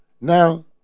Now